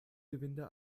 gewinde